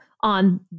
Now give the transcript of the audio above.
on